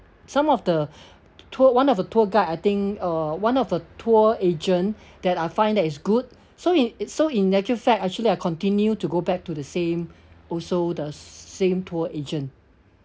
some of the tour one of a tour guide I think uh one of a tour agent that I find that it's good so in so in natural fact actually I continue to go back to the same also the same tour agent